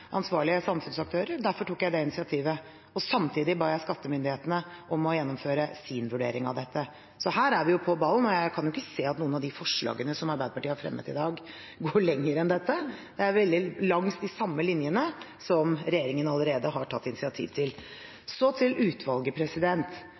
ansvarlige samfunnsaktører. Derfor tok jeg det initiativet. Samtidig ba jeg skattemyndighetene om å gjennomføre sin vurdering av dette. Så her er vi på ballen. Jeg kan ikke se at noen av de forslagene som Arbeiderpartiet har fremmet i dag, går lenger enn dette, men de går langs de samme linjene som regjeringen allerede har tatt initiativ til.